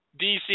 DC